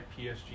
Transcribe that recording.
PSG